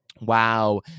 wow